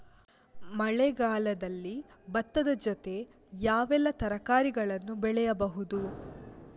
ಮಳೆಗಾಲದಲ್ಲಿ ಭತ್ತದ ಜೊತೆ ಯಾವೆಲ್ಲಾ ತರಕಾರಿಗಳನ್ನು ಬೆಳೆಯಬಹುದು?